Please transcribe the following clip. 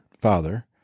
father